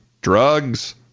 drugs